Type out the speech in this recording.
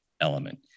element